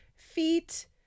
Feet